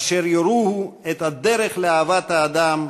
אשר יורוהו את הדרך לאהבת האדם,